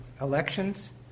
elections